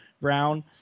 brown